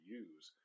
use